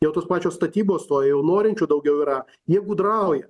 jau tos pačios statybos stoja jau norinčių daugiau yra jie gudrauja